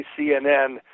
CNN